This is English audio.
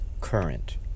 current